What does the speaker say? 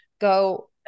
go